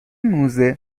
موزه